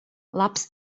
labs